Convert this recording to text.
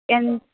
ఎన్ని